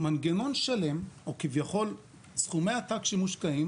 מנגנון שלם או כביכול סכומי עתק שמושקעים